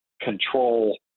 control